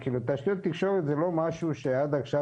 כי תשתיות תקשורת זה לא משהו שעד עכשיו